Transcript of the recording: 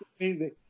amazing